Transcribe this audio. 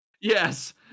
Yes